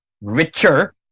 Richer